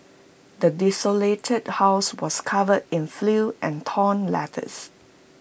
the desolated house was covered in filth and torn letters